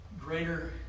greater